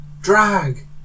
drag